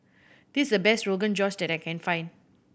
this is the best Rogan Josh that I can find